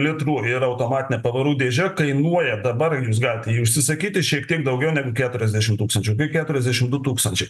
litrų ir automatine pavarų dėže kainuoja dabar jūs galite jį užsisakyti šiek tiek daugiau negu keturiasdešimt tūkstančių tai keturiasdešimt du tūkstančiai